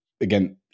again